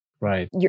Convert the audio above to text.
Right